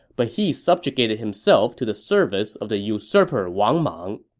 but he subjugated himself to the service of the usurper wang mang.